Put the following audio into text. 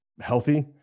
healthy